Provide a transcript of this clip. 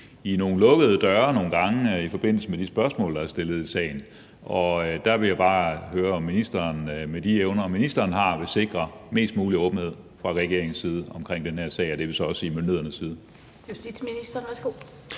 i nogle lukkede døre nogle gange i forbindelse med de spørgsmål, der er stillet i sagen. Der vil jeg bare høre, om ministeren med de evner, ministeren har, vil sikre mest mulig åbenhed fra regeringens side om den her sag, og det vil så også sige myndighedernes side.